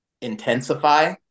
intensify